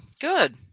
Good